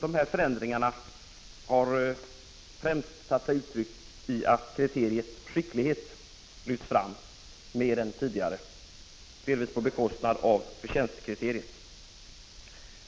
De här förändringar 95 na har främst tagit sig uttryck i att kriteriet ”skicklighet” har lyfts fram mer än tidigare, delvis på bekostnad av förtjänstkriteriet.